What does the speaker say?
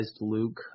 Luke